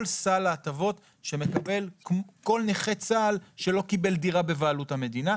סל ההטבות שמקבל כל נכה צה"ל שלא קיבל דירה בבעלות המדינה,